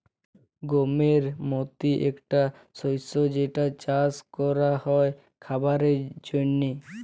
গমের মতি একটা শস্য যেটা চাস ক্যরা হ্যয় খাবারের জন্হে